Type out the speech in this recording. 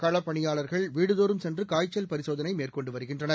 களப்பணியாள்கள் வீடுதோறும் சென்று காய்ச்சல் பரிசோதனை மேற்கொண்டு வருகின்றனர்